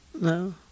no